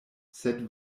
sed